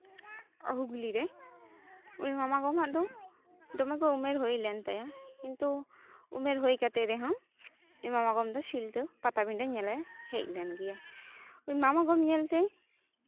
ᱦᱩᱜᱽᱞᱤᱨᱮ ᱩᱱᱤ ᱢᱟᱢᱟ ᱜᱚ ᱟᱜ ᱫᱚ ᱫᱚᱢᱮᱜᱮ ᱩᱢᱮᱨ ᱦᱩᱭ ᱞᱮᱱ ᱛᱟᱭᱟ ᱠᱤᱱᱛᱩ ᱩᱢᱮᱨ ᱦᱩᱭ ᱠᱟᱛᱮᱜ ᱨᱮᱦᱚᱸ ᱤᱧ ᱢᱟᱢᱟ ᱜᱚ ᱫᱚ ᱥᱤᱞᱫᱟᱹ ᱯᱟᱴᱟᱵᱤᱰᱟᱹ ᱧᱮᱞᱮ ᱦᱮᱡ ᱞᱮᱱ ᱜᱮᱭᱟ ᱢᱟᱢᱟ ᱜᱚ ᱧᱮᱞᱛᱮ